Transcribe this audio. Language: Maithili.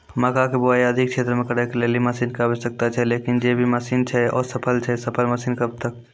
मक्का के बुआई अधिक क्षेत्र मे करे के लेली मसीन के आवश्यकता छैय लेकिन जे भी मसीन छैय असफल छैय सफल मसीन कब तक?